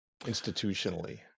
institutionally